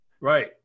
Right